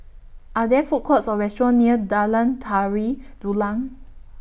Are There Food Courts Or restaurants near Jalan Tari Dulang